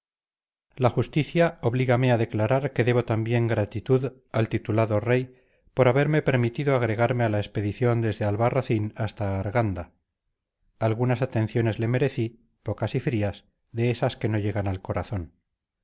la justicia oblígame a declarar que debo también gratitud al titulado rey por haberme permitido agregarme a la expedición desde albarracín hasta arganda algunas atenciones le merecí pocas y frías de esas que no llegan al corazón